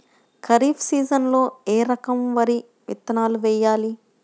ఖరీఫ్ సీజన్లో ఏ రకం వరి విత్తనాలు వేయాలి?